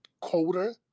colder